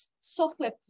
software